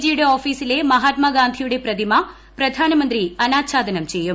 ജിയുടെ ഓഫീസിലെ മഹ്ഠീത്മാഗാന്ധിയുടെ പ്രതിമ പ്രധാനമന്ത്രി അനാച്ഛാദനം ചെയ്യും